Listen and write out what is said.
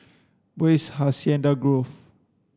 where is Hacienda Grove